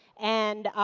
and